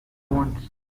wants